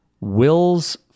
Will's